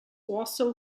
also